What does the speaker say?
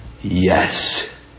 yes